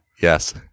Yes